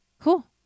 Cool